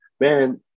man